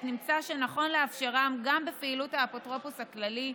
נמצא שנכון לאפשרם גם בפעילות האפוטרופוס הכללי,